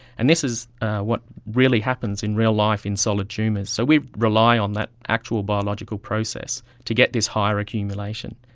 and this is what really happens in real life in solid tumours. so we rely on that actual biological process to get this higher accumulation.